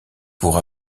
pour